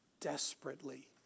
desperately